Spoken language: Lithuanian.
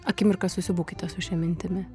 akimirką susibūkite su šia mintimi